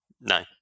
no